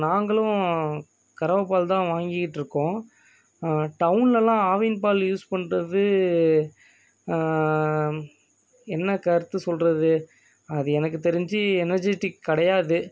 நாங்களும் கறவைப் பால் தான் வாங்கிக்கிட்டிருக்கோம் டவுன்லெல்லாம் ஆவின் பால் யூஸ் பண்ணுறது என்ன கருத்து சொல்கிறது அது எனக்கு தெரிஞ்சு எனர்ஜிட்டிக் கிடையாது